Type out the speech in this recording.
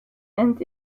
and